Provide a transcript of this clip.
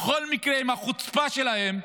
בכל מקרה, עם החוצפה שלהם,